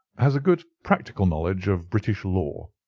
has a good practical knowledge of british law.